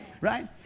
Right